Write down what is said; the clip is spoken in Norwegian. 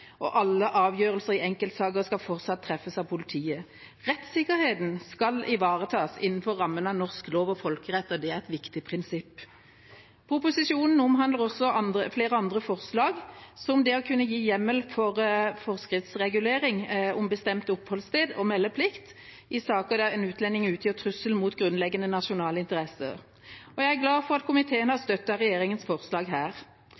og alle avgjørelser i enkeltsaker skal fortsatt treffes av politiet. Rettssikkerheten skal ivaretas innenfor rammene av norsk lov og folkerett, og det er et viktig prinsipp. Proposisjonen omhandler også flere andre forslag, som det å kunne gi hjemmel for forskriftsregulering om bestemt oppholdssted og meldeplikt i saker der en utlending utgjør trussel mot grunnleggende nasjonale interesser. Jeg er glad for at komiteen har støttet regjeringas forslag her.